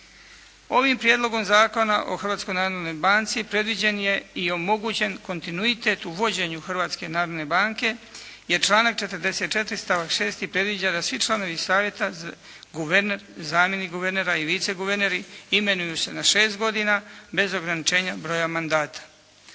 o Hrvatskoj narodnoj banci predviđen je i omogućen kontinuitet u vođenju Hrvatske narodne banke, jer članak 44. stavak 6. predviđa da svi članovi savjeta, guverner, zamjenik guvernera i viceguverneri imenuju se na šest godina bez ograničenja broja mandata.